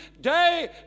day